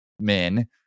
men